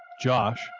Josh